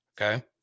Okay